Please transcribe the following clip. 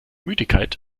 müdigkeit